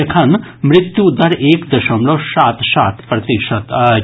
एखन मृत्यु दर एक दशमलव सात सात प्रतिशत अछि